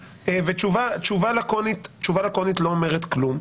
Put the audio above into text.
תשובה לקונית לא אומרת כלום.